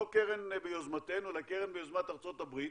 לא קרן ביוזמתנו, אלא קרן ביוזמת ארצות הברית,